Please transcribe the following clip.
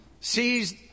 sees